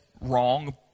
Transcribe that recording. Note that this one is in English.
wrong